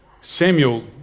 Samuel